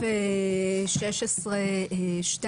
סעיף 16(2)